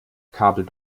kabel